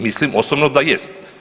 Mislim osobno da jest.